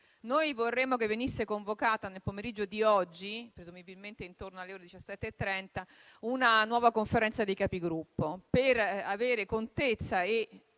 richiesta, che venga convocata nel pomeriggio di oggi, presumibilmente intorno alle ore 17,30, una nuova Conferenza dei Capigruppo per avere contezza e